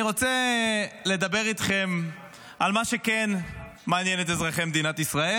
אני רוצה לדבר איתכם על מה שכן מעניין את אזרחי מדינת ישראל.